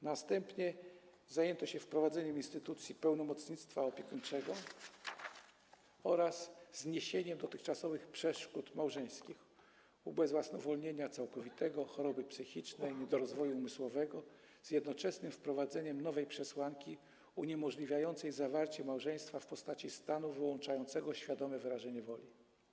Następnie zajęto się wprowadzeniem instytucji pełnomocnictwa opiekuńczego oraz zniesieniem dotychczasowych przeszkód małżeńskich: ubezwłasnowolnienia całkowitego, choroby psychicznej, niedorozwoju umysłowego, z jednoczesnym wprowadzeniem nowej przesłanki uniemożliwiającej zawarcie małżeństwa w postaci stanu wyłączającego świadome wyrażenie woli.